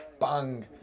bang